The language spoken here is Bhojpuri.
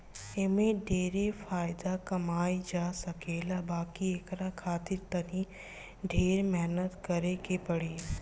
एमे ढेरे फायदा कमाई जा सकेला बाकी एकरा खातिर तनी ढेरे मेहनत करे के पड़ी